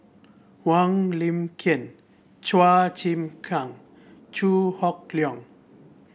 Wong Lin Ken Chua Chim Kang Chew Hock Leong